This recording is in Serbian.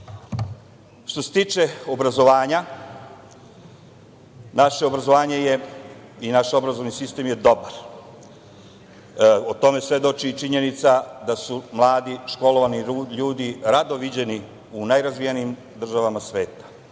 se tiče obrazovanja, naše obrazovanje i naš obrazovni sistem je dobar. O tome svedoči činjenica da su mladi, školovani ljudi rado viđeni u najrazvijenijim državama sveta.